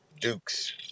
dukes